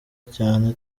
cyane